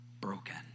broken